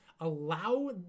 allow